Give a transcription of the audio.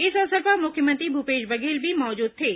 इस अवसर पर मुख्यमंत्री भूपेश बघेल भी मौजूद थे